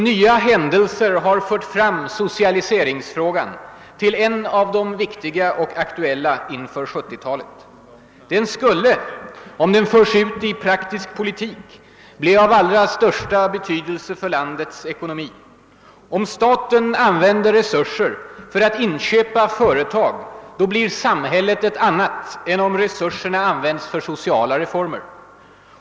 Nya händelser har fört fram socialiseringsfrågan bland de viktiga och aktuella spörsmålen inför 1970-talet. Den skulle, om den omsattes i praktisk politik, bli av allra största betydelse för landets ekonomi. Om staten använder resurser för att inköpa företag får samhället ett annat utseende än om resurserna används för sociala reformer.